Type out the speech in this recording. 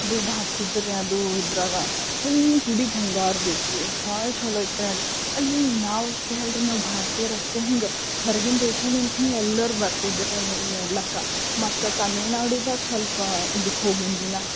ದುಡ್ಡು ಹಾಕ್ತಿದ್ರು ರೀ ಅದು ಇದರಾಗೆ ಫುಲ್ ಹಿಂಗ ಗುಡಿ ಬಂಗಾರದ್ದು ಇತ್ತು ರಿ ಭಾಳ ಚಲೋ ಇತ್ತು ರಿ ಅಲ್ಲಿ ಅಲ್ಲಿ ಹಿಂಗ ನಾವಷ್ಟೇ ಅಲ್ಲ ರಿ ನಾವು ಭಾರತೀಯರು ಅಷ್ಟೇ ಹಿಂಗ ಹೊರಗಿನ ದೇಶದಿಂದ್ಲೂ ಎಲ್ಲರು ಬರ್ತಿದ್ದರು ರಿ ಅಲ್ಲಿ ನೋಡ್ಲಿಕ್ಕೆ ಮತ್ತು ತಮಿಳ್ನಾಡಿನಾಗ ಸ್ವಲ್ಪ ಇದಕ್ಕೆ ಹೋಗೀನಿರಿ ನಾ